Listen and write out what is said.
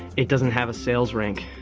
it doesn't have a sales rank.